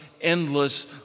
endless